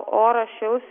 oras šils